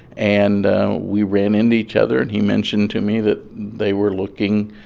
and we ran into each other, and he mentioned to me that they were looking